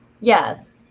Yes